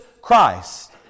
Christ